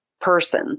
person